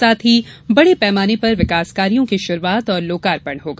साथ ही बड़े पैमाने पर विकास कार्यो की शुरूआत और लोकार्पण होगा